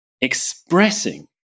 expressing